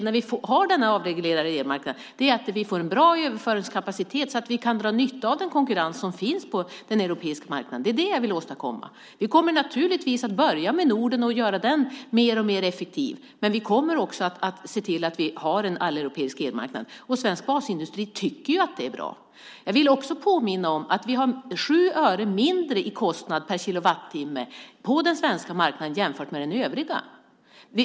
När vi nu har denna avreglerade elmarknad är det viktigt att vi får en bra överföringskapacitet så att vi kan dra nytta av den konkurrens som finns på den europeiska marknaden. Det är det som jag vill åstadkomma. Vi kommer naturligtvis att börja med Norden och göra den elmarknaden mer och mer effektiv, men vi kommer också att se till att vi har en alleuropeisk elmarknad. Svensk basindustri tycker att det är bra. Jag vill påminna om att vi har 7 öre mindre i kostnad per kilowatttimme på den svenska marknaden jämfört med den övriga.